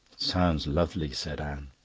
sounds lovely, said anne.